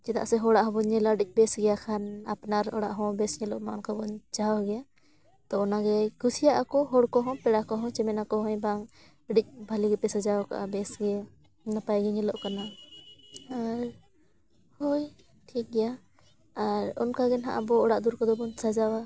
ᱪᱮᱫᱟᱜ ᱥᱮ ᱦᱚᱲᱟᱜ ᱦᱚᱸᱵᱚᱱ ᱧᱮᱞᱟ ᱟᱹᱰᱤ ᱵᱮᱥ ᱜᱮᱭᱟ ᱠᱷᱟᱱ ᱟᱯᱱᱟᱨ ᱚᱲᱟᱜ ᱦᱚᱸ ᱵᱮᱥ ᱧᱮᱞᱚᱜ ᱢᱟ ᱚᱱᱠᱟ ᱵᱚᱱ ᱪᱟᱦᱟᱣ ᱜᱮᱭᱟ ᱛᱳ ᱚᱱᱟ ᱜᱮ ᱠᱩᱥᱤᱭᱟᱜ ᱟᱠᱚ ᱦᱚᱲ ᱠᱚᱦᱚᱸ ᱯᱮᱲᱟ ᱠᱚᱦᱚᱸ ᱪᱮ ᱢᱮᱱᱟᱠᱚ ᱦᱮᱸ ᱵᱟᱝ ᱟᱹᱰᱤ ᱵᱷᱟᱹᱜᱮ ᱜᱮᱯᱮ ᱥᱟᱡᱟᱣ ᱟᱠᱟᱫᱼᱟ ᱵᱮᱥ ᱜᱮ ᱱᱟᱯᱟᱭ ᱜᱮ ᱧᱮᱞᱚᱜ ᱠᱟᱱᱟ ᱟᱨ ᱦᱳᱭ ᱴᱷᱤᱠ ᱜᱮᱭᱟ ᱟᱨ ᱚᱱᱠᱟ ᱜᱮ ᱱᱟᱦᱟᱜ ᱟᱵᱚ ᱚᱲᱟᱜᱼᱫᱩᱣᱟᱹᱨ ᱠᱚᱫᱚ ᱵᱚᱱ ᱥᱟᱡᱟᱣᱟ